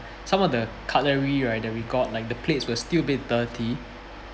some of the cutlery right that we got like the plate were still a bit dirty